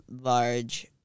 large